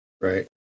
Right